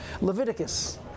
Leviticus